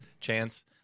chance